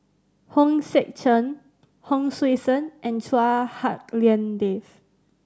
Hong Sek Chern Hon Sui Sen and Chua Hak Lien Dave